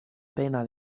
pena